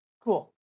Cool